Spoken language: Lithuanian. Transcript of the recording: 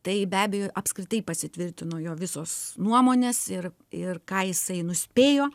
tai be abejo apskritai pasitvirtino jo visos nuomonės ir ir ką jisai nuspėjo